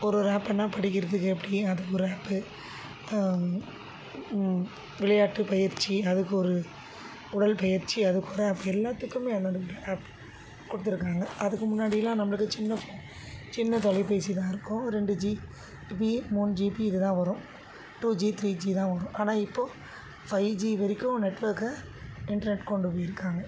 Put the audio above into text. ஒரு ஒரு ஆப்புன்னால் படிக்கிறதுக்கு அப்படியே அது ஒரு ஆப்பு விளையாட்டு பயிற்சி அதுக்கு ஒரு உடற்பயிற்சி அதுக்கு ஒரு ஆப்பு எல்லாத்துக்குமே அந்தந்த ஒரு ஆப் கொடுத்துருக்காங்க அதுக்கு முன்னாடியெலாம் நம்மளுக்கு சின்ன சின்ன தொலைபேசிதான் இருக்கும் ஒரு ரெண்டு ஜி பி மூணு ஜிபி இதுதான் வரும் டூ ஜி த்ரீ ஜிதான் வரும் ஆனால் இப்போது ஃபை ஜி வரைக்கும் நெட்வொர்க்கை இன்ட்ருநெட் கொண்டு போயிருக்காங்கள்